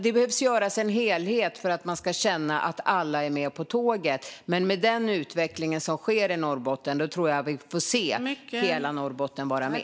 Det behövs en helhet för att man ska känna att alla är med på tåget. Men med den utveckling som sker i Norrbotten tror jag att vi får se hela Norrbotten vara med.